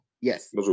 yes